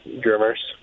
drummers